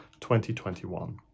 2021